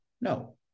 No